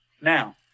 Now